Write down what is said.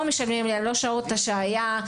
לא משלמים שעות שהייה,